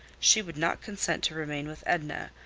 she would not consent to remain with edna,